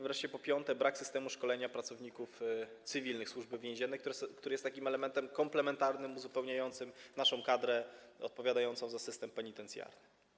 Wreszcie po piąte, brak jest systemu szkolenia pracowników cywilnych Służby Więziennej, chodzi o taki element komplementarny, uzupełniający naszą kadrę odpowiadającą za system penitencjarny.